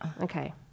Okay